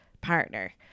partner